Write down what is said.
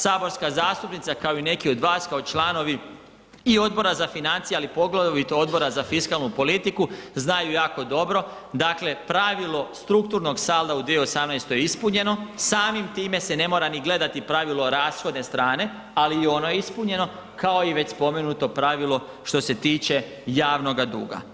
Saborska zastupnica kao i neki od vas kao članovi i Odbora za financije, a poglavito Odbora za fiskalnu politiku znaju jako dobro, dakle pravilo strukturnog salda u 2018. je ispunjeno, samim time se ne mora ni gledati pravilo rashodne strane, ali i ono je ispunjeno kao i već spomenuto pravilo što se tiče javnoga duga.